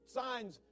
signs